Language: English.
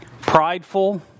prideful